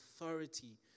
authority